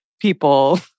people